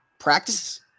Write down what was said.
Practice